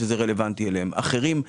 שזה רלוונטי אליהם אחרים,